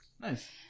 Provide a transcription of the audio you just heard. Nice